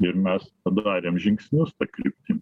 ir mes padarėm žingsnius ta kryptim